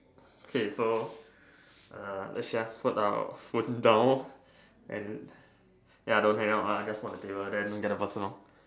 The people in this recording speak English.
okay so uh let's just put our phone down and ya don't hang up ah just put on the table then go get the person lor